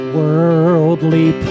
worldly